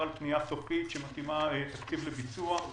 על פנייה סופית שמתאימה תקציב לביצוע.